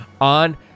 on